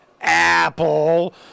apple